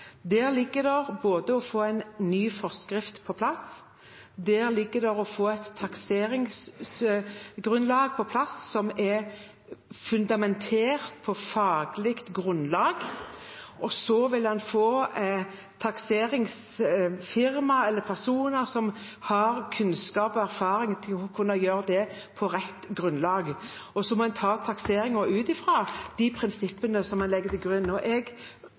å få en ny forskrift på plass. Det er å få et takseringsgrunnlag på plass som er faglig fundamentert. Man må ha et takseringsfirma eller personer som har kunnskap og erfaring til å kunne gjøre det på rett grunnlag. Så må man ta takseringen ut fra de prinsippene som man legger til grunn nå. Jeg